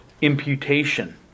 imputation